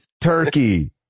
Turkey